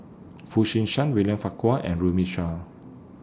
Foo Chee San William Farquhar and Runme Shaw